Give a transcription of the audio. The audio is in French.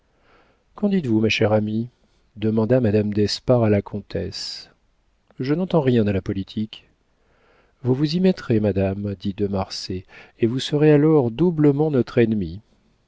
qu'en dites-vous ma chère amie demanda madame d'espard à la comtesse je n'entends rien à la politique vous vous y mettrez madame dit de marsay et vous serez alors doublement notre ennemie